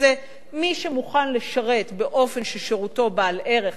מי שמוכן לשרת באופן ששירותו בעל ערך, יגויס,